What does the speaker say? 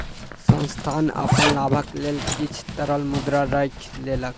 संस्थान अपन लाभक लेल किछ तरल मुद्रा राइख लेलक